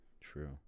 True